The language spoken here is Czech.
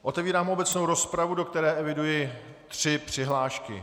Otevírám obecnou rozpravu, do které eviduji tři přihlášky.